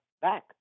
back